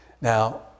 Now